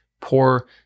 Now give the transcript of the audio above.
poor